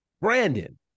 Brandon